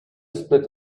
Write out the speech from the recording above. spit